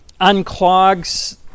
Unclogs